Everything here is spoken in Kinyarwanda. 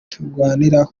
turwanira